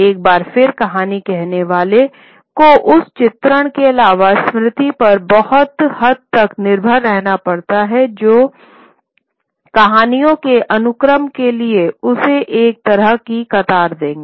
एक बार फिर कहानी कहने वाले को उस चित्रों के अलावा स्मृति पर बहुत हद तक निर्भर रहना पड़ता है जो कहानियों के अनुक्रम के लिए उसे एक तरह की कतार देगा